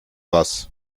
was